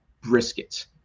brisket